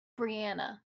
brianna